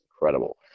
incredible